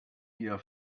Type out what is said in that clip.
ihr